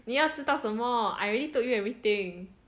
你要知道什么 I already told you everything